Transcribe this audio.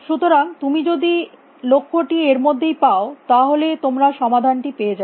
সুতরাং তুমি যদি লক্ষ্যটি এর মধ্যেই পাও তাহলে তোমরা সমাধানটি পেয়ে যাবে